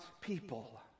people